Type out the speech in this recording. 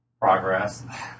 progress